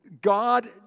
God